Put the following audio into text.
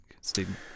Stephen